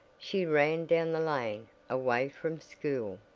she ran down the lane away from school.